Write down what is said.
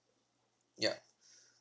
ya